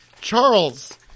Charles